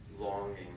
longing